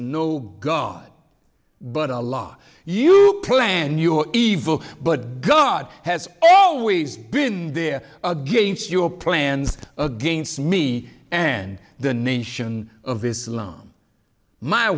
no god but a law you plan your evil but god has always been there against your plans against me and the nation of islam my